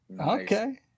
okay